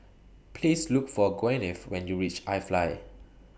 Please Look For Gwyneth when YOU REACH I Fly